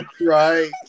right